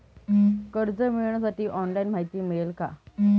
कर्ज मिळविण्यासाठी ऑनलाइन माहिती मिळेल का?